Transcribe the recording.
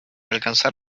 alcanzar